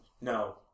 no